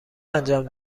انجام